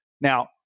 Now